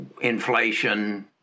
inflation